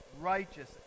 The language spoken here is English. Righteous